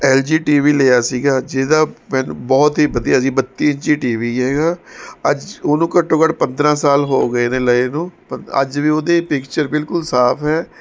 L G T V ਲਿਆ ਸੀਗਾ ਜਿਹਦਾ ਮੈਨੂੰ ਬਹੁਤ ਹੀ ਵਧੀਆ ਸੀ ਬੱਤੀ ਇੰਚੀ ਟੀ ਵੀ ਹੈਗਾ ਅੱਜ ਉਹਨੂੰ ਘੱਟੋ ਘੱਟ ਪੰਦਰਾਂ ਸਾਲ ਹੋ ਗਏ ਨੇ ਲਏ ਨੂੰ ਪਰ ਅੱਜ ਵੀ ਉਹਦੇ ਪਿਕਚਰ ਬਿਲਕੁਲ ਸਾਫ਼ ਹੈ